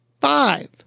five